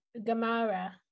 Gamara